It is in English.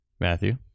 Matthew